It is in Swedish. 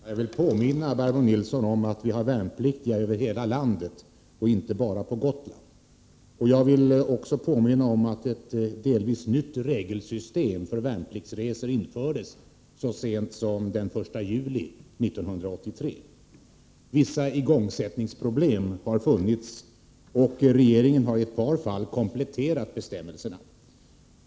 Herr talman! Jag vill påminna Barbro Nilsson i Visby om att vi har värnpliktiga över hela landet och inte bara på Gotland. Jag vill också påminna om att ett delvis nytt regelsystem för värnpliktsresor infördes så sent som den 1 juli 1983. Vissa igångsättningsproblem har funnits, och regeringen har i ett par fall kompletterat bestämmelserna.